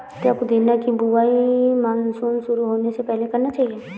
क्या पुदीना की बुवाई मानसून शुरू होने से पहले करना चाहिए?